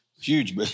huge